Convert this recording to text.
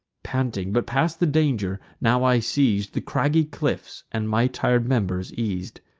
panting, but past the danger, now i seiz'd the craggy cliffs, and my tir'd members eas'd.